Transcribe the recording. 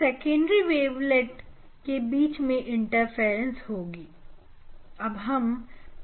और इन secondary wavelet के बीच में इंटरफ्रेंस होगी